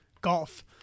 golf